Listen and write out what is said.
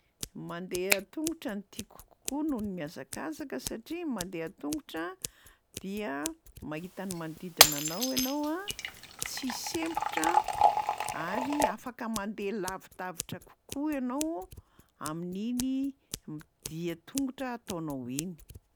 Mandeha an-tongotra no tiako kokoa noho ny mihazakazaka satria mandeha an-tongotra dia mahita ny manodidina anao ianao a, tsy sempotra, ary afaka mandeha lavidavitra kokoa ianao amin'iny m- dia an-tongotra ataonao iny.